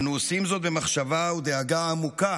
אנו עושים זאת במחשבה ובדאגה עמוקה